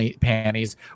panties